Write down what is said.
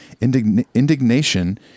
indignation